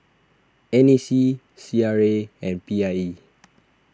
N A C C R A and P I E